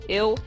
eu